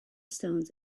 stones